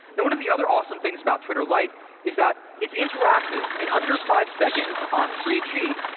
and one of the other awesome things about twitter lite is that it's interactive in under five seconds on three g.